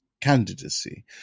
candidacy